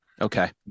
Okay